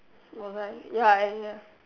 was I ya I ya